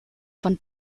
von